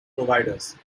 providers